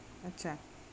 अच्छा